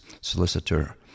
solicitor